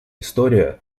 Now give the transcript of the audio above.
история